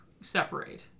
separate